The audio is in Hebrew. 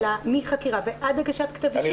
מהחקירה ועד הגשת כתב האישום,